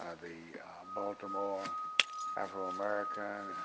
the baltimore afro-american,